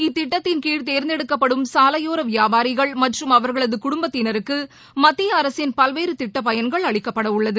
இத்திட்டத்தின்கீழ் தேர்ந்தெடுக்கப்படும் சாலையோரவியாபாரிகள் மற்றும் அவர்களதுகுடும்பத்தினருக்குமத்திய அரசின் பல்வேறுதிட்டபயன்கள் அளிக்கப்படவுள்ளது